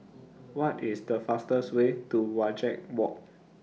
What IS The fastest Way to Wajek Walk